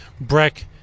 Breck &